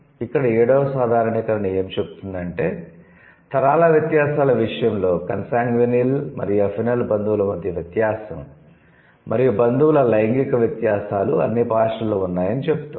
ఇక్కడ 7 వ సాధారణీకరణ ఏమి చెబుతుందంటే తరాల వ్యత్యాసాల విషయంలో 'కన్సాన్గ్వినియల్' మరియు 'అఫినల్' బంధువుల మధ్య వ్యత్యాసం మరియు బంధువుల లైంగిక వ్యత్యాసాలు అన్ని భాషలలో ఉన్నాయని చెబుతుంది